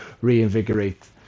reinvigorate